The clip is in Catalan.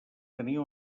tenia